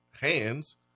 hands